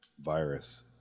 virus